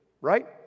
right